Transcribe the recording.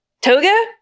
Toga